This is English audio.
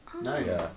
Nice